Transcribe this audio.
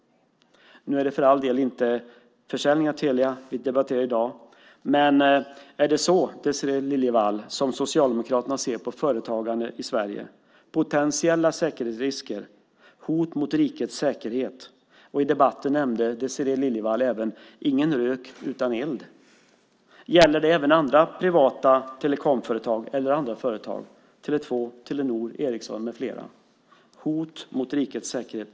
Nu är det för all del inte försäljningen av Telia vi debatterar i dag, men är det så, Désirée Liljevall, som Socialdemokraterna ser på företagandet i Sverige, som potentiella säkerhetsrisker och hot mot rikets säkerhet? I debatten använde Désirée Liljevall uttrycket "ingen rök utan eld". Gäller det även andra privata telekomföretag eller andra företag - Tele 2, Telenor eller Ericsson med flera? Är det hot mot rikets säkerhet?